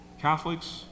Catholics